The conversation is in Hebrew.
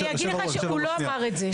אני אגיד לך: הוא לא אמר את זה.